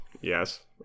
yes